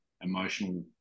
emotional